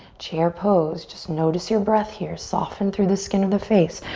chair pose. just notice your breath here. soften through the skin of the face.